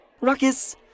Ruckus